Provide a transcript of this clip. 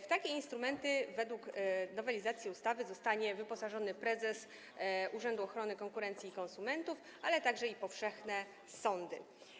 W takie instrumenty według nowelizacji ustawy zostaną wyposażeni prezes Urzędu Ochrony Konkurencji i Konsumentów, ale także powszechne sądy.